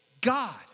God